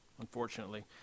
unfortunately